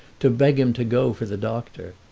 to beg him to go for the doctor.